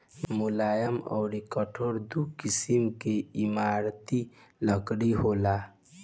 मुलायम अउर कठोर दू किसिम के इमारती लकड़ी होला